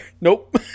Nope